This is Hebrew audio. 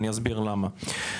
ראשית,